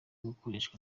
gukoreshwa